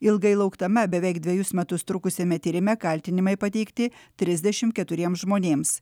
ilgai lauktame beveik dvejus metus trukusiame tyrime kaltinimai pateikti trisdešimt keturiems žmonėms